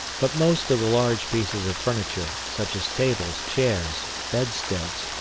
but most of the large pieces of furniture, such as tables, chairs, bedsteads,